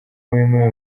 wemewe